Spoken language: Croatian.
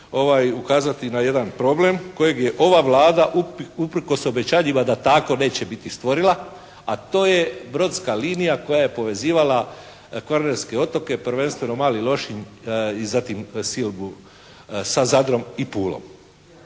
ukazati na jedan problem kojeg je ova Vlada usprkos obećanjima da tako neće biti stvorila, a to je brodska linija koja je povezivala kvarnerske otoke, prvenstveno Mali Lošinj i zatim Silbu sa Zadrom i Pulom.